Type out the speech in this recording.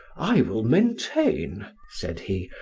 i will maintain, said he,